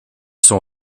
sont